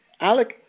Alec